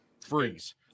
freeze